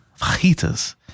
Fajitas